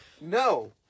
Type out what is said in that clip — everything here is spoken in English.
No